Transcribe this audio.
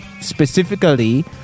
specifically